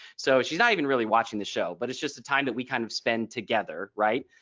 so she's not even really watching the show but it's just the time that we kind of spend together. right.